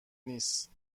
نیست